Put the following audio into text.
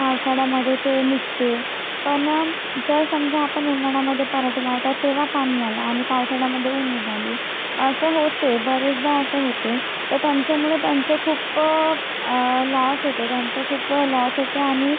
पावसाळ्यामध्ये ते निघते पण जर समजा आपण उन्हाळ्यामध्ये पराटे लावतात तेव्हा पाणी आला आणि पावसाळ्यामध्ये उन्ह निघाले असं होते बरेचदा असं होते तर त्यांच्यामुळे त्यांचं खूप लॉस होते त्यांचं खूप लॉस होते आणि